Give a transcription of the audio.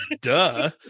duh